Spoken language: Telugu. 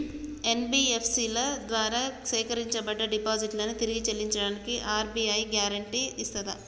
ఎన్.బి.ఎఫ్.సి ల ద్వారా సేకరించబడ్డ డిపాజిట్లను తిరిగి చెల్లించడానికి ఆర్.బి.ఐ గ్యారెంటీ ఇస్తదా?